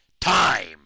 time